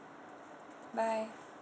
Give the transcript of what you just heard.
bye